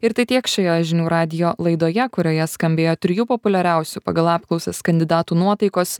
ir tai tiek šioje žinių radijo laidoje kurioje skambėjo trijų populiariausių pagal apklausas kandidatų nuotaikos